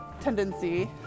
tendency